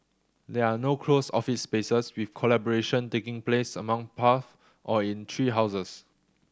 there are no closed office spaces with collaboration taking place along paths or in tree houses